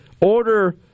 order